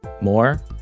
More